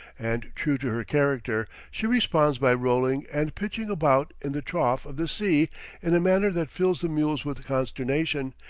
and, true to her character, she responds by rolling and pitching about in the trough of the sea in a manner that fills the mules with consternation,